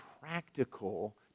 practical